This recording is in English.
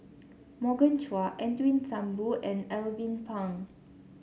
Morgan Chua Edwin Thumboo and Alvin Pang